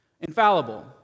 infallible